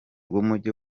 w’umujyi